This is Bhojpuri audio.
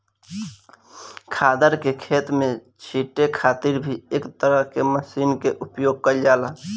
खादर के खेत में छींटे खातिर भी एक तरह के मशीन के उपयोग कईल जाला